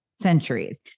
centuries